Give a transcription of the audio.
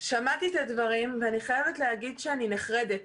שמעתי את הדברים, ואני חייבת להגיד שאני נחרדת.